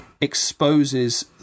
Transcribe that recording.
exposes